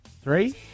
Three